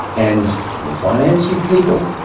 and the financing people,